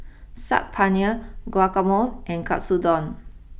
Saag Paneer Guacamole and Katsudon